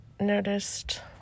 noticed